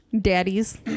Daddies